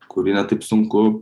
kurį ne taip sunku